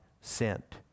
sent